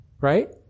right